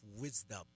Wisdom